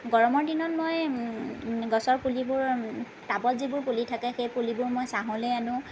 গৰমৰ দিনত মই গছৰ পুলিবোৰ টাবত যিবোৰ পুলি থাকে সেই পুলিবোৰ মই ছাঁলৈ আনো